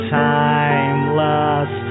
timeless